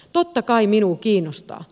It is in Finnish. totta kai minua kiinnostaa